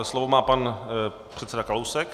Slovo má pan předseda Kalousek.